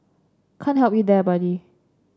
can't help you there buddy